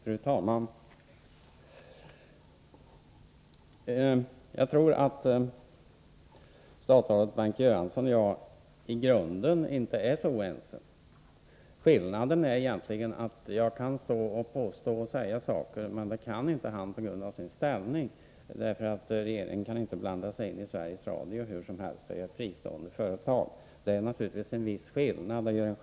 Fru talman! Jag tror att statsrådet Bengt Göransson och jag i grunden inte är särskilt oense. Jag kan utan vidare påstå olika saker, men det kan inte statsrådet på grund av sin ställning. Regeringen får ju inte blanda sig i Sveriges Radio, som är ett fristående företag. Det blir således en skillnad i framtoningen.